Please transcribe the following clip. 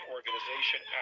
Organization